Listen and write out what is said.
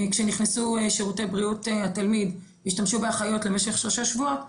כשנכנסו שירותי בריאות התלמיד והתשמשו באחיות למשך שלושה שבועות,